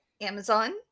Amazon